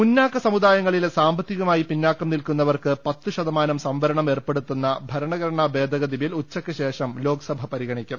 മുന്നാക്ക സമുദായങ്ങളിലെ സാമ്പത്തികമായി പിന്നാക്കം നിൽക്കു ന്നവർക്ക് പത്ത് ശതമാനം സംവരണം ഏർപ്പെടുത്തുന്ന ഭരണഘടന ഭേഗ ഗതി ബിൽ ഉച്ചയ്ക്കുശേഷം ലോക്സഭ പരിഗണിക്കും